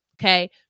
okay